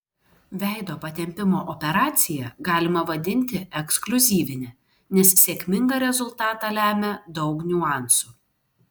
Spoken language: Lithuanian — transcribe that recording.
veido patempimo operaciją galima vadinti ekskliuzyvine nes sėkmingą rezultatą lemia daug niuansų